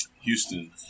Houston